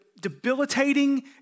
debilitating